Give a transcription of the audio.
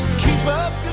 keep up